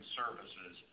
services